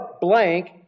blank